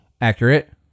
Accurate